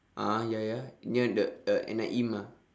a'ah ya ya near the N_I_E mah